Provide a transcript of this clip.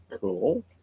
Cool